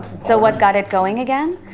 so, what got it going again?